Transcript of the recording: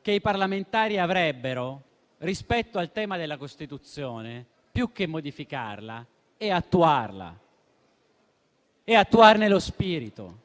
che i parlamentari vorrebbero rispetto al tema della Costituzione, più che modificarla, è attuarla, attuarne lo spirito